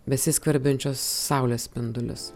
besiskverbiančios saulės spindulius